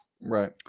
Right